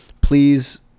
please